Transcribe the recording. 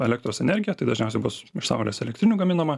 elektros energiją tai dažniausiai bus iš saulės elektrinių gaminama